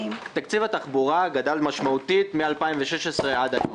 אין פניות 108 עד 109